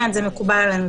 כן, זה מקובל עלינו.